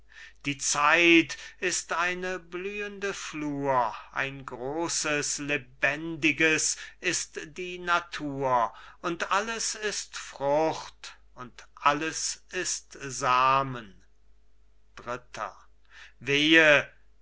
aufnahmen die zeit ist eine blühende flur ein großes lebendiges ist die natur und alles ist frucht und alles ist samen dritter cajetan wehe